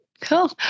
cool